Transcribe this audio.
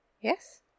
Yes